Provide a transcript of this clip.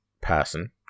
person